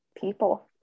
people